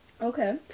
Okay